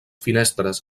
finestres